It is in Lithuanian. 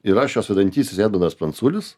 ir aš jos vedantysis edmundas pranculis